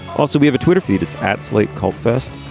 also, we have a twitter feed. it's at slate called first.